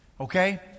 Okay